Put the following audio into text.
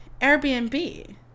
Airbnb